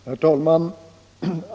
Herr talman!